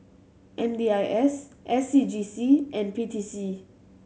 M D I S S C G C and P T C